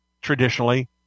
traditionally